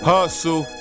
Hustle